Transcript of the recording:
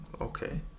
okay